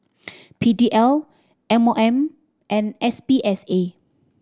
P D L M O M and S P S A